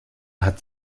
hat